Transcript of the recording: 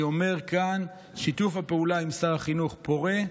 אני אומר כאן: שיתוף הפעולה עם שר החינוך פורה,